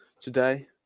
today